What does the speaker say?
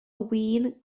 win